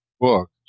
book